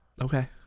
Okay